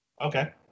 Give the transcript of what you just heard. Okay